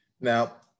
Now